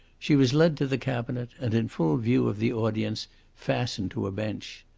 she was led to the cabinet, and in full view of the audience fastened to a bench.